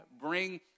bring